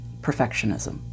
perfectionism